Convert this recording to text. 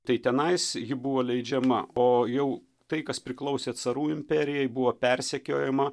tai tenais ji buvo leidžiama o jau tai kas priklausė carų imperijai buvo persekiojama